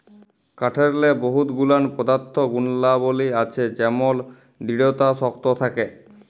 কাঠেরলে বহুত গুলান পদাথ্থ গুলাবলী আছে যেমল দিঢ়তা শক্ত থ্যাকে